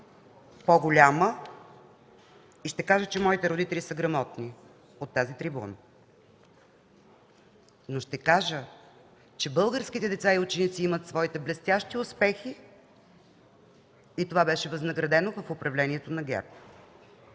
от тази трибуна, че моите родители са грамотни, но ще кажа, че българските деца и ученици имат своите блестящи успехи и това беше възнаградено в управлението на ГЕРБ.